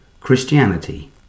Christianity